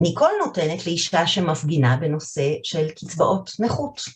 ניקול נותנת לאישה שמפגינה בנושא של קצבאות מחוץ.